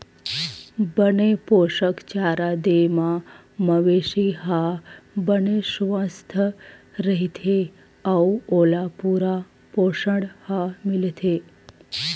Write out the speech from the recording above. बने पोसक चारा दे म मवेशी ह बने सुवस्थ रहिथे अउ ओला पूरा पोसण ह मिलथे